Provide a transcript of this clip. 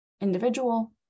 individual